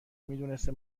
میدونسته